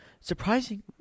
Surprising